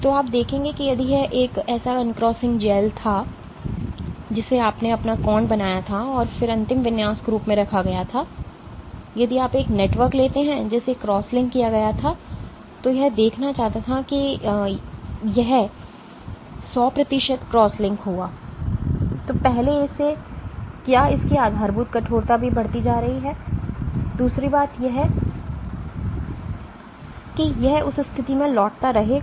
तो आप देखेंगे कि यदि यह एक ऐसा uncrossing जेल था जिसे आपने अपना कोण बनाया था और फिर अंतिम विन्यास के रूप में रखा गया था लेकिन यदि आप एक नेटवर्क लेते हैं जिसे क्रॉस लिंक किया गया था जो यह देखना चाहता था कि यदि यह 100 प्रतिशत क्रॉसलिंक हुआ तो पहले इसे क्या इसकी आधारभूत कठोरता भी बढ़ती जा रही है दूसरी बात यह है कि यह उसी स्थिति में लौटता रहेगा